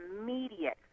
immediate